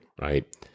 Right